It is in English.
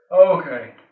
Okay